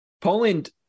Poland